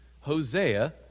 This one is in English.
Hosea